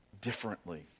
differently